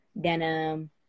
denim